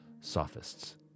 sophists